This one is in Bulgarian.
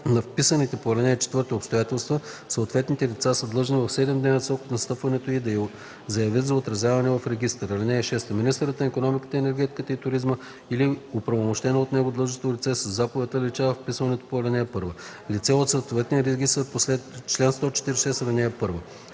на вписаните по ал. 4 обстоятелства съответните лица са длъжни в 7-дневен срок от настъпването й да я заявят за отразяване в регистъра. (6) Министърът на икономиката, енергетиката и туризма или оправомощено от него длъжностно лице със заповед заличава вписаното по ал. 1 лице от съответния регистър по чл. 146, ал. 1: